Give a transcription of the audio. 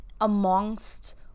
amongst